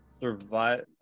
survive